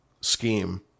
scheme